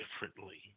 differently